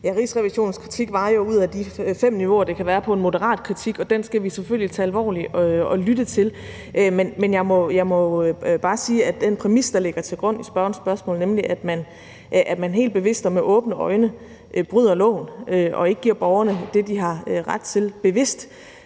Tak. Rigsrevisionens kritik var jo ud af de fem niveauer, det kan være på, en moderat kritik, og den skal vi selvfølgelig tage alvorligt og lytte til. Men jeg må bare sige, at den præmis, der ligger til grund for spørgerens spørgsmål, nemlig at man i kommunerne helt bevidst og med åbne øjne bryder loven og ikke giver borgerne det, de har ret til, deler